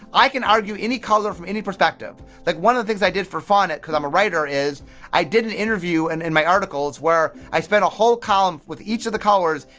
i can argue any color from any perspective. like one of the things i did for fun because i'm a writer, is i did an interview and in my articles where i spent a whole column with each of the colors,